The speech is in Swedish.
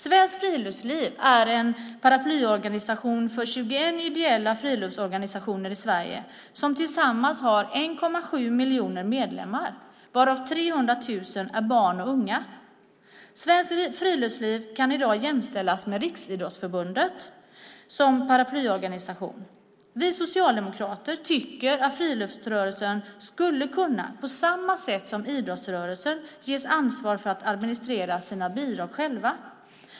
Svenskt Friluftsliv är en paraplyorganisation för 21 ideella friluftsorganisationer i Sverige som tillsammans har 1,7 miljoner medlemmar, varav 300 000 är barn och unga. Svenskt Friluftsliv kan i dag jämställas med Riksidrottsförbundet som paraplyorganisation. Vi socialdemokrater tycker att friluftsrörelsen på samma sätt som idrottsrörelsen skulle kunna ges ansvar att administrera sina bidrag själv.